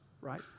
right